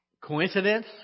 coincidence